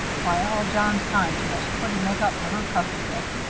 why all john's kindness couldn't make up for her cussedness,